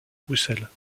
bruxelles